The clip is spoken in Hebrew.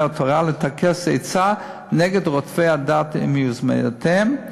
התורה לטכס עצה נגד רודפי הדת ומזימותיהם,